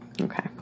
Okay